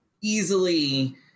easily